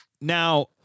Now